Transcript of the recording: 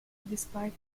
despite